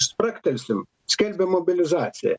spragtelsim skelbiam mobilizaciją